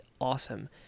awesome